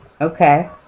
Okay